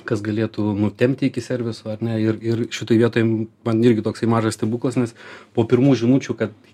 kas galėtų nutempti iki serviso ar ne ir ir šitoj vietoj man irgi toksai mažas stebuklas nes po pirmų žinučių kad